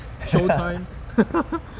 Showtime